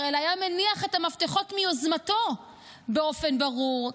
אלא היה מניח את המפתחות מיוזמתו באופן ברור,